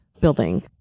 building